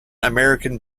american